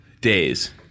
days